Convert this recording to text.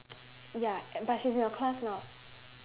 ya e~ but she's in your class now